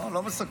לא מסכם.